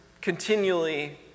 continually